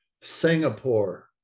Singapore